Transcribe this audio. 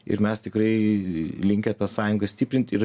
ir mes tikrai linkę ta sąjungą stiprint ir